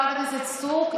חברת הכנסת סטרוק,